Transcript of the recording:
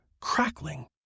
crackling